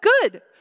good